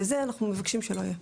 ואנחנו מבקשים שזה לא יהיה.